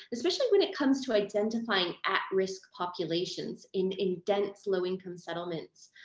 especially when it comes to identifying at risk populations in in dense, low income settlements.